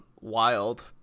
Wild